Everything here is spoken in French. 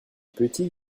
petits